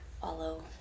follow